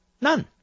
None